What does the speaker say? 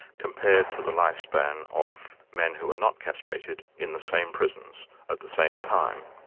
compared to the lifespan of men who were not castrated in the same prisons at the same time.